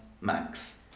Max